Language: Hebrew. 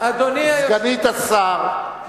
סגנית השר,